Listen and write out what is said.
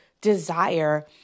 desire